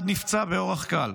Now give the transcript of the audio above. אחד נפצע באורח קל,